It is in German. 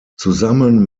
zusammen